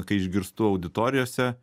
kai išgirstu auditorijose